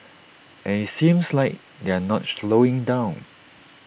and IT seems like they're not slowing down